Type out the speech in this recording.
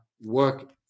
work